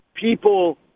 People